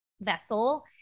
vessel